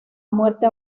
muerte